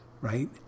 right